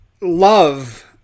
love